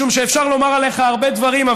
משום שאפשר לומר עליך הרבה דברים,